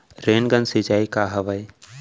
Rain gun सिंचाई का हवय?